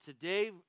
today